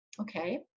okay